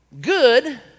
good